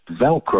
velcro